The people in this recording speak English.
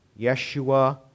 Yeshua